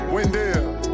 Wendell